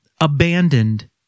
abandoned